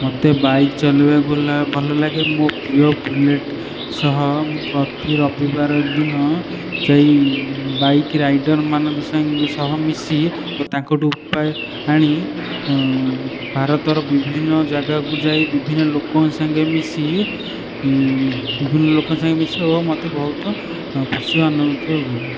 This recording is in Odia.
ମୋତେ ବାଇକ ଚଲେଇବାକୁ ଭଲ ଲାଗେ ମୋ ପ୍ରିୟ ବୁଲେଟ ସହ ମୁଁ ପ୍ରତି ରବିବାର ଦିନ ଯାଇ ବାଇକ ରାଇଡ଼ର ମାନଙ୍କ ସହ ମିଶି ଓ ତାଙ୍କଠାରୁ ବାଇକ ଆଣି ଭାରତର ବିଭିନ୍ନ ଜାଗାକୁ ଯାଇ ବିଭିନ୍ନ ଲୋକଙ୍କ ସାଙ୍ଗେ ମିଶି ବିଭିନ୍ନ ଲୋକଙ୍କ ସହ ମିଶିବାକୁ ମୋତେ ବହୁତ ଖୁସି ଅନୁଭୂତ ହୁଏ